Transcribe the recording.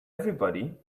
everybody